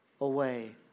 away